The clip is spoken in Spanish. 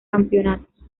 campeonatos